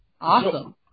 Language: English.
Awesome